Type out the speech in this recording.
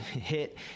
hit